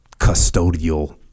custodial